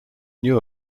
knew